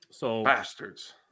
Bastards